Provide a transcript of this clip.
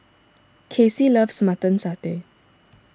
Kacey loves Mutton Satay